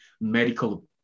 medical